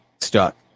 stuck